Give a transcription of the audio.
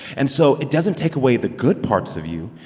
and so it doesn't take away the good parts of you.